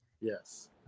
Yes